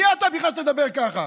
מי אתה בכלל שתדבר ככה?